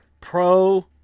Pro